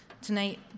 Tonight